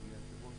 אדוני היושב-ראש,